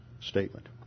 statement